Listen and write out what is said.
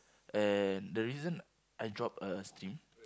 and the reason I drop a stream